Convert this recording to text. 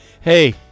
Hey